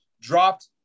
dropped